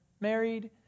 married